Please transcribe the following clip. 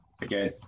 again